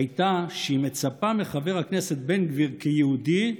הייתה שהיא מצפה מחבר הכנסת בן גביר, כיהודי,